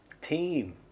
team